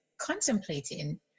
contemplating